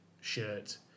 shirt